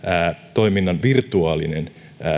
toiminnan virtuaalinen